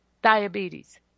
Diabetes